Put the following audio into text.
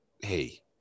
hey